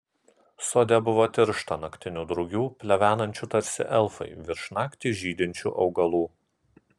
sode buvo tiršta naktinių drugių plevenančių tarsi elfai virš naktį žydinčių augalų